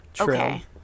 okay